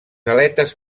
aletes